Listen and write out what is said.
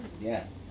Yes